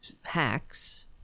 hacks